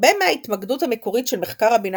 הרבה מההתמקדות המקורית של מחקר הבינה